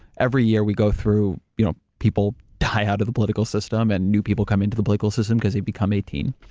every year we go through you know people high out of the political system, and new people come into the political system because they become eighteen,